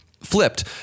flipped